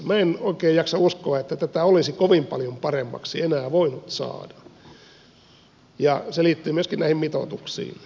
minä en oikein jaksa uskoa että tätä olisi kovin paljon paremmaksi enää voinut saada ja se liittyy myöskin näihin mitoituksiin